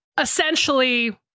Essentially